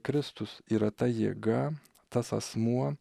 kristus yra ta jėga tas asmuo